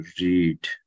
read